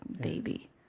baby